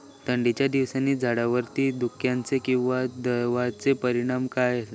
थंडीच्या दिवसानी झाडावरती धुक्याचे किंवा दवाचो परिणाम जाता काय?